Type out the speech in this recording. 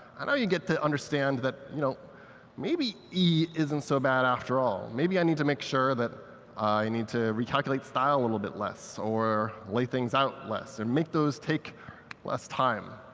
and now you get to understand that you know maybe e isn't so bad after all. maybe i need to make sure that i need to recalculate style a little bit less, or lay things out less, and make those take less time.